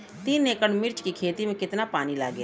तीन एकड़ मिर्च की खेती में कितना पानी लागेला?